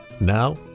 Now